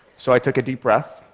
so i took a deep breath,